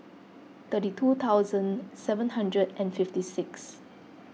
thirty two thousand seven hundred and fifty six